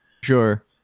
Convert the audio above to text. Sure